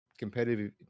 competitive